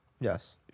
Yes